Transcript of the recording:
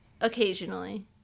occasionally